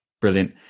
Brilliant